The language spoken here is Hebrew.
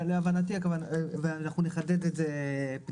נחדד את זה,